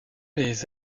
les